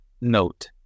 note